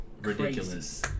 ridiculous